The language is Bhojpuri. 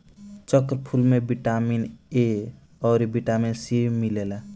चक्रफूल में बिटामिन ए अउरी बिटामिन सी मिलेला